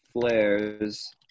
flares